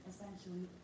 essentially